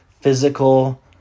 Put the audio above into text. physical